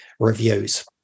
reviews